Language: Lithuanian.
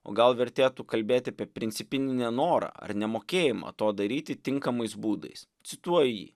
o gal vertėtų kalbėti apie principinį nenorą ar nemokėjimą to daryti tinkamais būdais cituoju jį